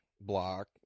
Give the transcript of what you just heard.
block